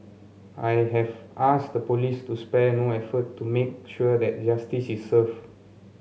I have asked the police to spare no effort to make sure that justice is served